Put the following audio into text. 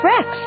Rex